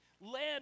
led